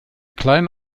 kleine